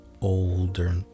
older